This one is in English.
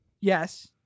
yes